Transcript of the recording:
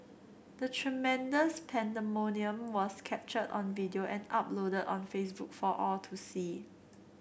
the tremendous pandemonium was captured on video and uploaded on Facebook for all to see